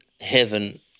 heaven